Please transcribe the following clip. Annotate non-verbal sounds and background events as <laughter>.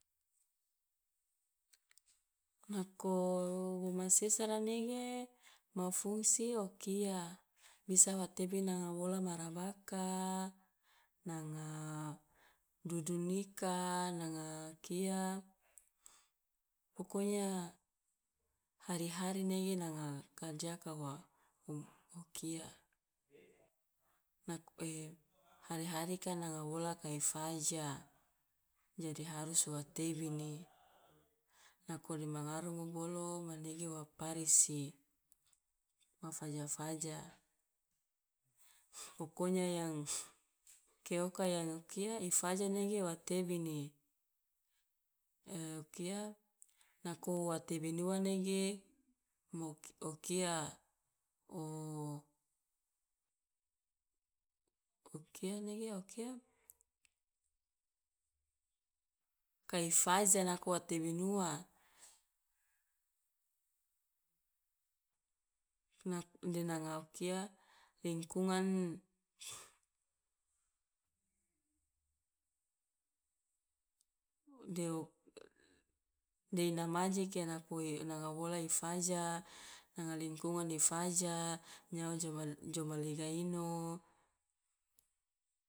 Nako wo ma sesara nege ma fungsi o kia, bisa wa tebini nanga wola ma rabaka, nanga dudun ika, nanga kia pokonya hari hari nege nanga karja ka wa o kia nak <hesitation> hari hari ka nanga wola kai faja, jadi harus wa tebini. Nako dema ngarumu bolo manege wa parisi, ma faja faja pokonya yang ke o ka yang o kia i faja nege wa tebini, <hesitation> o kia nako wa tebin ua nege ma u o kia <hesitation> o kia nege o kia kai faja nako wa tebin ua, nak de nanga o kia lingkungan <noise> de o de ina majeke nako i nanga wola i faja, nanga lingkungan i faja, nyawa jo mal- jo malega ino